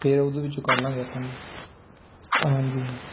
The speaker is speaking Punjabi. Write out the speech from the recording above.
ਫਿਰ ਉਹਦੇ ਵਿੱਚੋਂ ਕਰ ਲਾਂਗੇ ਆਪਾਂ ਜੀ ਹਾਂਜੀ